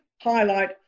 highlight